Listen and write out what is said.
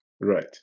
Right